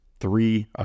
three